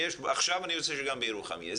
עכשיו אני רוצה שגם בירוחם יהיה.